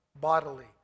bodily